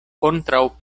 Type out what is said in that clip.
kontraŭ